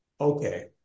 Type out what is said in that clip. okay